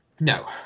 no